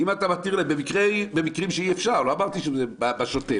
להתיר במקרים שאפשר, לא בשוטף.